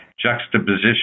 Juxtaposition